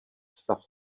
stav